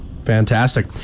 Fantastic